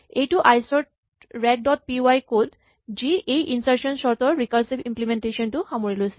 এইটো isort rec dot p y code যি এই ইনৰ্চাচন চৰ্ট ৰ ৰিকাৰছিভ ইমপ্লিমেন্টেচন টো সামৰি লৈছে